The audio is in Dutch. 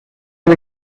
ben